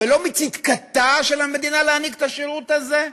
ולא מצדקתה של המדינה להעניק את השירות הזה?